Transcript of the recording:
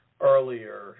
earlier